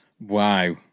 Wow